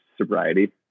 sobriety